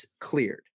cleared